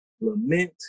lament